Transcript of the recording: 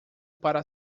para